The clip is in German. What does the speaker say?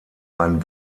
ein